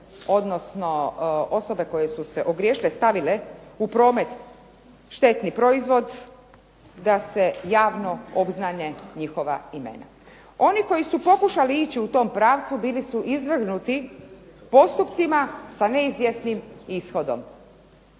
odnosno osobe koje su se ogriješile stavile u promet štetni proizvod, da se javno obznane njihova imena. Oni koji su pokušali ići u tom pravcu bili su izvrgnuti postupcima sa neizvjesnim ishodom.